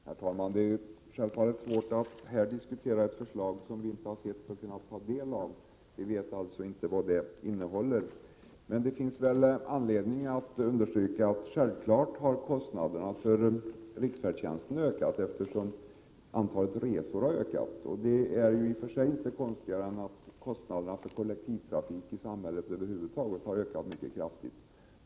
Herr talman! Det är självfallet svårt att här diskutera ett förslag som vi inte har sett eller kunnat ta del av. Vi vet alltså inte vad det innehåller. Det finns emellertid anledning att understryka att det är självklart att kostnaderna för riksfärdtjänsten har ökat, eftersom antalet resor har ökat. Det är i och för sig inte konstigare än att kostnaderna för kollektivtrafiken i samhället över huvud taget har ökat mycket kraftigt.